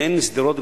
אין בשדרות,